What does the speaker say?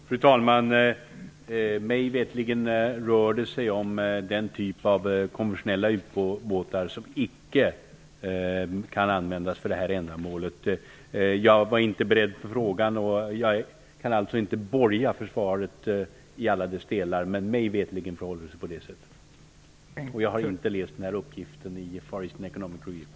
Fru talman! Mig veterligen rör det sig om konventionella ubåtar som icke kan användas för detta ändamål. Jag var inte beredd på frågan och kan alltså inte helt borga för att svaret är riktigt. Men mig veterligen förhåller det sig på detta sätt. Jag har inte läst denna uppgift i Far Eastern economic review.